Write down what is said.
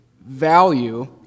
value